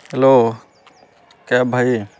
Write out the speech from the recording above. hello cab ଭାଇ